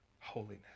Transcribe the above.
holiness